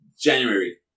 January